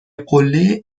قله